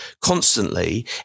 constantly